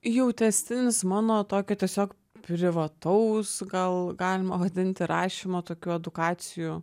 jau tęstinis mano tokio tiesiog privataus gal galima vadinti rašymo tokių edukacijų